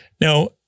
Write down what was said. Now